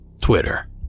Twitter